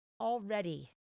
already